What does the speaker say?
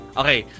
okay